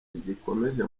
rigikomeje